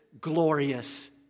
glorious